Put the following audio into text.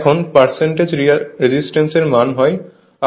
এখন percentage resistance এর মান হয় RZB